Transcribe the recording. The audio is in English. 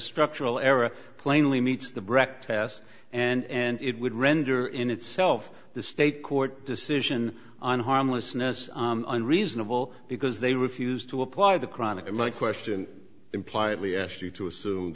structural error plainly meets the breck test and it would render in itself the state court decision on harmlessness unreasonable because they refuse to apply the chronic to my question implied we asked you to assume